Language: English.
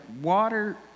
water